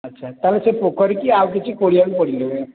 ଆଚ୍ଛା ଆଚ୍ଛା ତାହେଲେ ସେ ପୋଖରୀକି ଆଉ କିଛି ଖୋଳିବାକୁ ପଡ଼ିବନି